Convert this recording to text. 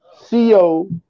co